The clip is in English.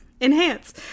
enhance